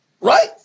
right